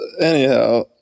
anyhow